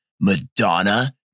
Madonna